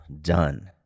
done